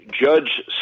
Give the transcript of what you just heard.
Judge